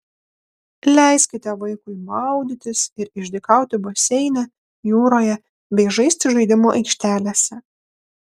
leiskite vaikui maudytis ir išdykauti baseine jūroje bei žaisti žaidimų aikštelėse